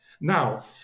Now